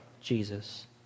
Jesus